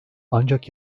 ancak